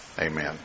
amen